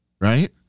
Right